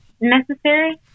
necessary